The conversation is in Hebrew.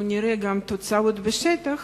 שנראה גם תוצאות בשטח